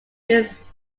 use